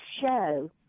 show